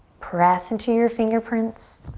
press into your fingerprints.